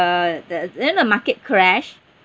~(uh) the then the market crashed